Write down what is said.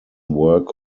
work